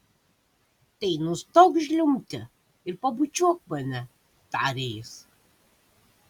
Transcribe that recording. tai nustok žliumbti ir pabučiuok mane tarė jis